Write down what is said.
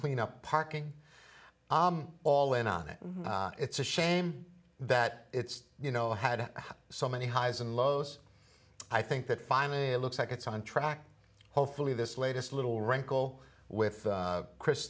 clean up parking all in on it and it's a shame that it's you know had so many highs and lows i think that finally it looks like it's on track hopefully this latest little wrinkle with chris